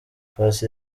paccy